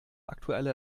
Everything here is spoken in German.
aktuelle